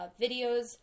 videos